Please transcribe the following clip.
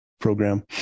program